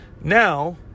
Now